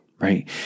right